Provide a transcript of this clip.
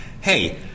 hey